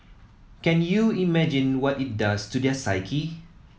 can you imagine what it does to their psyche